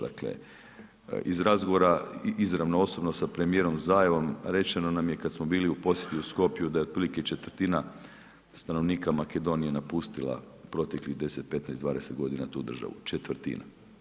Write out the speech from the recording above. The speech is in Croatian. Dakle iz razgovora izravno osobno sa premijerom Zaevom rečeno nam je kada smo bili u posjeti u Skopju da je otprilike četvrtina stanovnika Makedonije napustila proteklih 10,15,20 godina tu državu, četvrtina.